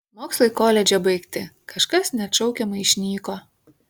mokslai koledže baigti kažkas neatšaukiamai išnyko